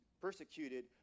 persecuted